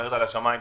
על שמים פתוחים,